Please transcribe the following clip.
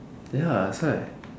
ya that's why